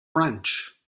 branch